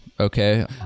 Okay